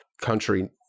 country